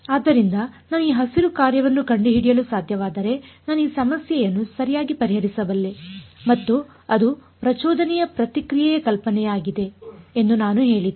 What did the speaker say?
ಆದ್ದರಿಂದ ನಾನು ಈ ಹಸಿರು ಕಾರ್ಯವನ್ನು ಕಂಡುಹಿಡಿಯಲು ಸಾಧ್ಯವಾದರೆ ನಾನು ಈ ಸಮಸ್ಯೆಯನ್ನು ಸರಿಯಾಗಿ ಪರಿಹರಿಸಬಲ್ಲೆ ಮತ್ತು ಅದು ಪ್ರಚೋದನೆಯ ಪ್ರತಿಕ್ರಿಯೆ ಕಲ್ಪನೆಯಾಗಿದೆ ಎಂದು ನಾನು ಹೇಳಿದೆ